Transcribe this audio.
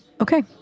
okay